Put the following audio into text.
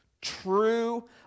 true